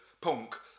punk